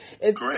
correct